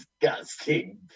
disgusting